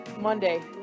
Monday